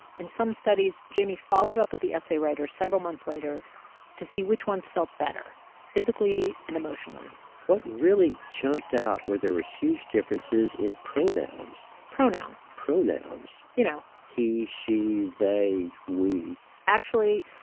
in some studies, jamie followed up with the essay writers several months later to see which ones felt better physically and emotionally what really jumped out were there were huge differences in pronouns pronouns pronouns you know he, she, they, we actually,